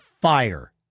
fire